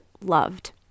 loved